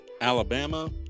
Alabama